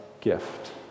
gift